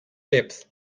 depth